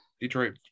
Detroit